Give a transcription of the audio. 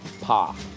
Pa